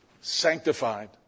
sanctified